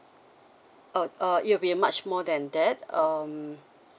uh uh it will be much more than that um